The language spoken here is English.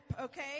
okay